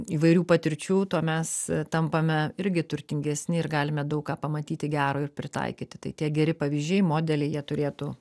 įvairių patirčių tuo mes tampame irgi turtingesni ir galime daug ką pamatyti gero ir pritaikyti tai tie geri pavyzdžiai modeliai jie turėtų